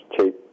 cheap